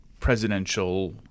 presidential